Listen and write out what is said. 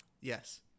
Yes